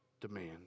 demand